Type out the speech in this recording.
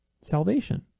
salvation